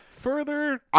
Further